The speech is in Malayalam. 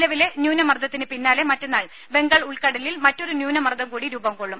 നിലവിലെ ന്യൂനമർദ്ദത്തിനു പിന്നാലെ മറ്റന്നാൾ ബംഗാൾ ഉൾക്കടലിൽ മറ്റൊരു ന്യൂനമർദം കൂടി രൂപം കൊള്ളും